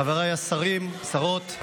חבריי השרים, שרות,